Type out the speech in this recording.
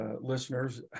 listeners